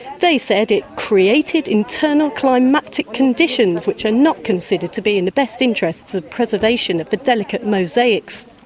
they said it created internal climatic conditions which are not considered to be in the best interests of preservation of the delicate mosaics.